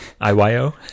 IYO